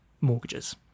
mortgages